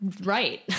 right